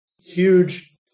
huge